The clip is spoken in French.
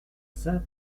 saint